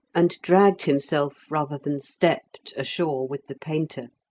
and dragged himself rather than stepped ashore with the painter.